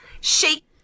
Shake